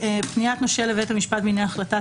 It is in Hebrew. תקנה 136, פניית נושה לבית המשפט בעניין החלטת